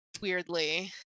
weirdly